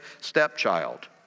stepchild